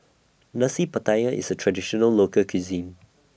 Nasi Pattaya IS A Traditional Local Cuisine